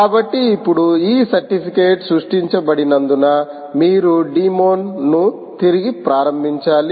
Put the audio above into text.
కాబట్టి ఇప్పుడు ఈ సర్టిఫికెట్ సృష్టించబడినందున మీరు డిమోన్ ను తిరిగి ప్రారంభించాలి